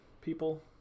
people